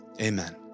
amen